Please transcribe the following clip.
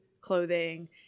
clothing